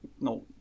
no